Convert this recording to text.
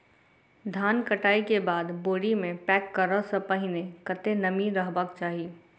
धान कटाई केँ बाद बोरी मे पैक करऽ सँ पहिने कत्ते नमी रहक चाहि?